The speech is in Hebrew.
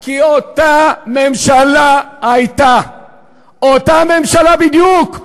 כי הייתה אותה ממשלה, אותה ממשלה בדיוק.